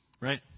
right